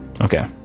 Okay